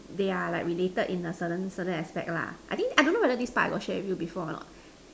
they are like related in a certain certain aspect lah I think I don't know whether this part I got share with you before or not